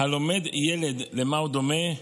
"הלומד ילד, למה הוא דומה"